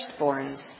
firstborns